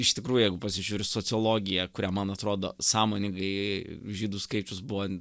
iš tikrųjų jeigu pasižiūriu sociologija kuria man atrodo sąmoningai žydų skaičius buvo